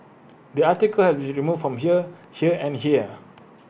the article has been removed from here here and here